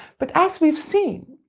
but as we've seen,